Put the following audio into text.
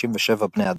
16,457 בני אדם.